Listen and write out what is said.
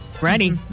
Ready